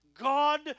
God